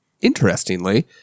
Interestingly